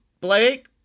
Blake